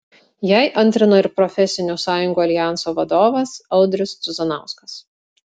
jai antrino ir profesinių sąjungų aljanso vadovas audrius cuzanauskas